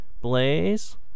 blaze